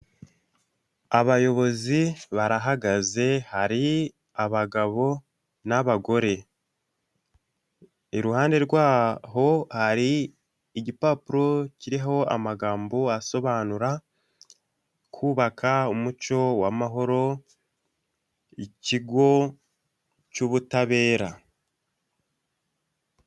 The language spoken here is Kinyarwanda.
Abayobozi barahagaze, hari abagabo n'abagore. Iruhande rwaho hari igipapuro kiriho amagambo asobanura kubaka umuco w'amahoro, ikigo cy'ubutabera.